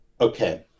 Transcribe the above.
Okay